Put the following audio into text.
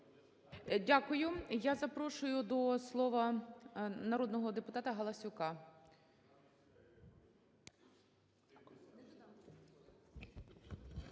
Дякую. Я запрошую до слова народного депутатаГаласюка.